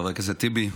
חבר הכנסת טיבי,